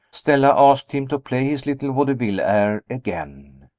stella asked him to play his little vaudeville air again.